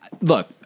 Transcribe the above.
look